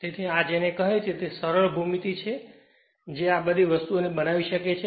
તેથી આ જેને કહે છે તે સરળ ભૂમિતિ છે જે બધી વસ્તુઓ બનાવી શકે છે